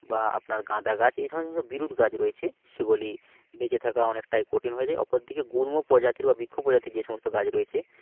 বা আপনার গাঁদা গাছ এই ধরনের যে সব বিরুৎ গাছ রয়েছে সেগুলি বেঁচে থাকা অনেকটাই কঠিন হয়ে যায় অপরদিকে গুল্ম প্রজাতির বা বৃক্ষ প্রজাতির যে সমস্ত গাছ রয়েছে